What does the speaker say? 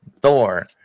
Thor